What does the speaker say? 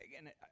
Again